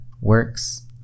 works